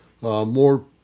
more